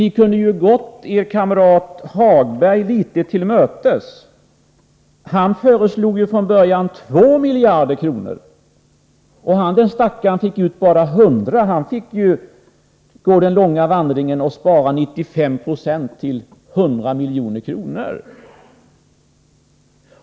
Ni kunde ju ha gått er kamrat Lars-Ove Hagberg litet till mötes. Han föreslog från början 2 miljarder kronor men fick ut bara 100 milj.kr. Den stackaren fick gå den långa vandringen och pruta 95 26.